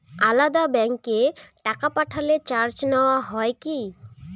আলাদা ব্যাংকে টাকা পাঠালে চার্জ নেওয়া হয় কি?